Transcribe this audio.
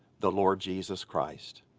the lord jesus christ.